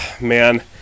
man